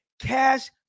Cash